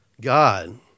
God